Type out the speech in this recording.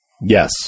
Yes